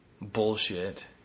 bullshit